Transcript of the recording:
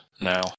now